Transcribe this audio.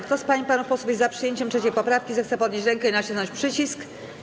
Kto z pań i panów posłów jest za przyjęciem 3. poprawki, zechce podnieść rękę i nacisnąć przycisk.